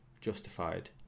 justified